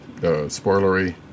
spoilery